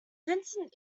vincent